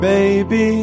Baby